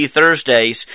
Thursdays